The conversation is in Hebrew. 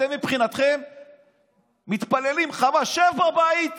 אתם מבחינתכם מתפללים: שב בבית,